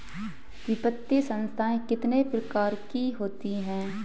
वित्तीय संस्थाएं कितने प्रकार की होती हैं?